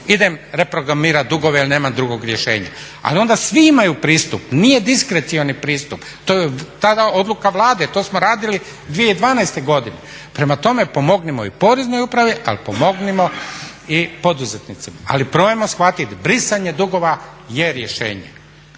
idem reprogramirati dugove jel nemam drugog rješenja. Ali onda svi imaju pristup, nije diskrecioni pristup tada je odluka Vlade. To smo radili 2012.godine. Prema tome pomognimo i Poreznoj upravi, ali pomognimo i poduzetnicima. Ali probajmo shvatiti, brisanje dugova je rješenje,